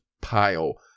pile